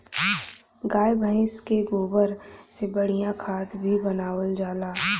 गाय भइस के गोबर से बढ़िया खाद भी बनावल जाला